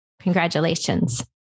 congratulations